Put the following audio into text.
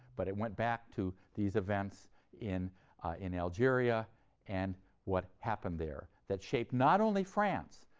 but it went back to these events in in algeria and what happened there, that shaped not only france,